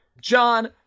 John